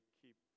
keep